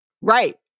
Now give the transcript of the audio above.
right